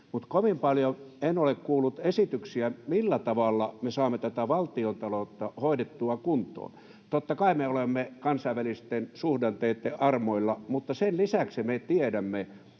Mutta kovin paljon en ole kuullut esityksiä, millä tavalla me saamme tätä valtiontaloutta hoidettua kuntoon. Totta kai me olemme kansainvälisten suhdanteitten armoilla, mutta sen lisäksi me tiedämme,